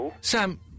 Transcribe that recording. Sam